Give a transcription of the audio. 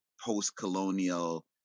post-colonial